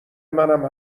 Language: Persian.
منم